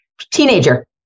Teenager